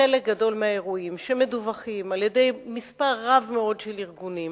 חלק גדול מהאירועים שמדווחים על-ידי מספר רב מאוד של ארגונים